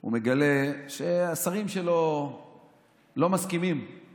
הוא מגלה שהשרים שלו לא מסכימים;